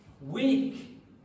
weak